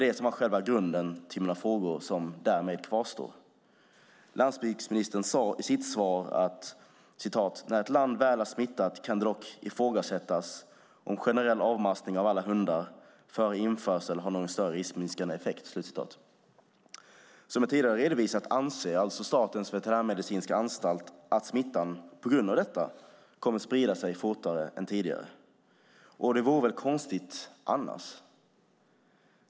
Det är grunden till mina frågor, som därmed kvarstår. Landsbygdsministern sade i sitt svar: "När ett land väl är smittat kan det dock ifrågasättas om generell avmaskning av alla hundar före införsel har någon större riskminskande effekt." Som jag tidigare redovisat anser alltså Statens veterinärmedicinska anstalt att smittan på grund av detta kommer att sprida sig fortare än tidigare. Det vore konstigt annars.